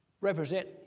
represent